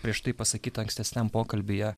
prieš tai pasakytą ankstesniam pokalbyje